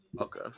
Okay